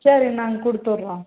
சரிங்க நாங்கள் கொடுத்து விட்றோம்